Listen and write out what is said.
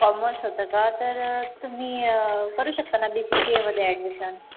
commerce होतं का तर तुम्ही करू शकता ना बी सी सी एमध्ये ॲडमिशन